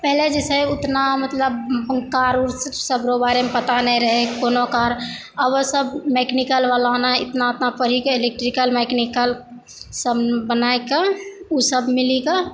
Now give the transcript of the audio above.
पहिले जे छै उतना मतलब कार उर सब रऽ बारेमे पता नहि रहै कोनो कार आब सब मेकेनिकलवला मे इतना इतना पढ़ीके इलेक्ट्रिकल मेकेनिकल सब बनाय कए उसब मिली कए